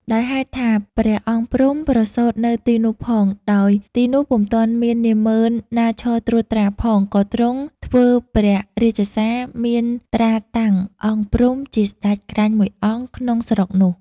ដោយហេតុថា ព្រះអង្គព្រំ ប្រសូតនៅទីនោះផង ដោយទីនោះពុំទាន់មាននាហ្មឺនណាឈរត្រួតត្រាផង ក៏ទ្រង់ធ្វើព្រះរាជសារមានត្រាតាំង អង្គព្រំ ជាសេ្តចក្រាញ់មួយអង្គក្នុងស្រុកនោះ។